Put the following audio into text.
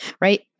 Right